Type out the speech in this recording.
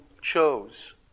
chose